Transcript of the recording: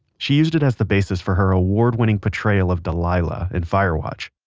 she used it as the basis for her award-winning portrayal of delilah in firewatch,